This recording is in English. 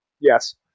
yes